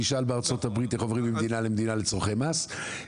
תשאל בארצות הברית איך עוברים ממדינה למדינה לצרכי מס.